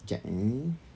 jap eh